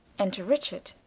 enter richard.